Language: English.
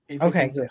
Okay